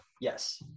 Yes